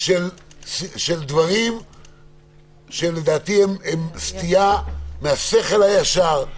של דברים שלדעתי הם סטייה מהשכל הישר,